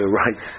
right